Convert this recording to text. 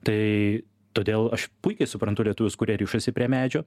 tai todėl aš puikiai suprantu lietuvius kurie rišasi prie medžio